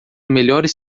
melhores